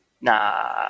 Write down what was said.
Nah